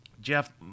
Jeff